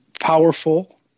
powerful